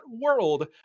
world